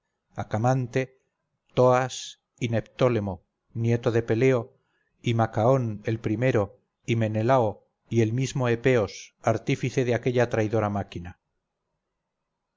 acamante toas y neptólemo nieto de peleo y macaón el primero y menelao y el mismo epeos artífice de aquella traidora máquina